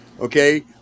okay